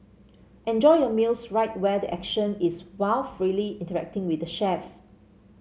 enjoy your meals right where the action is while freely interacting with the chefs